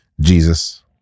Jesus